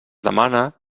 demana